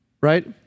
right